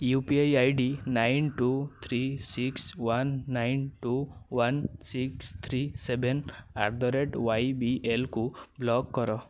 you P I I D nine two three six one nine two one six three seven eight the rate ୱାଇବିଏଲ୍କୁ block କର